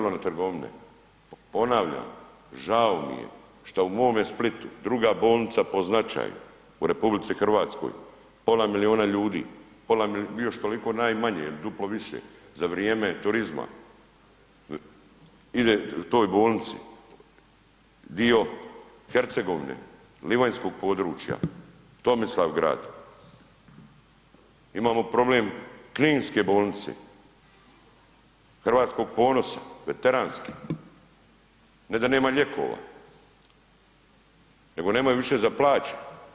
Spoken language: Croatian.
Ponavljam, žao mi je šta u mome Splitu, druga bolnica po značaju u RH pola milijuna ljudi i još toliko najmanje jel duplo više za vrijeme turizma ide toj bolnici, dio Hercegovine, livanjskog područja, Tomislavgrad, imamo problem Kninske bolnice, Hrvatskog ponosa veteranske, ne da nema lijekova nego nemaju više za plaće.